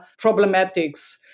problematics